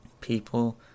People